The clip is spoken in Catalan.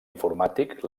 informàtic